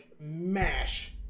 mash